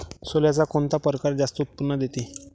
सोल्याचा कोनता परकार जास्त उत्पन्न देते?